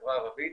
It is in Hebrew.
מהחברה הערבית,